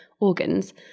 organs